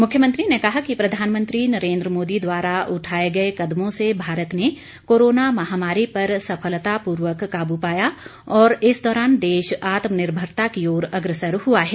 मुख्यमंत्री ने कहा कि प्रधानमंत्री नरेन्द्र मोदी द्वारा उठाए गए कदमों से भारत ने कोरोना महामारी पर सफलतापूर्वक काबू पाया और इस दौरान देश आत्मनिर्मरता की ओर अग्रसर हुआ है